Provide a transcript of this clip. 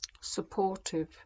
Supportive